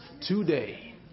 today